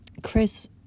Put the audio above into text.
Chris